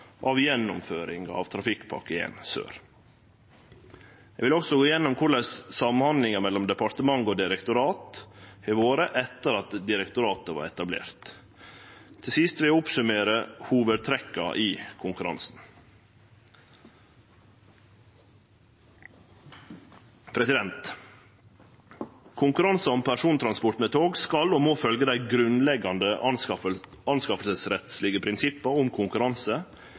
av gjennomføringa av Trafikkpakke 1 Sør. Eg vil også gå gjennom korleis samhandlinga mellom departementet og direktoratet har vore etter at direktoratet vart etablert. Til sist vil eg summere opp hovudtrekka i konkurransen. Konkurransar om persontransport med tog skal og må følgje dei grunnleggjande anskaffingsrettslege prinsippa om konkurranse,